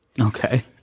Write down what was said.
Okay